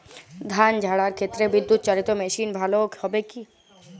ধান ঝারার ক্ষেত্রে বিদুৎচালীত মেশিন ভালো কি হবে?